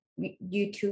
YouTube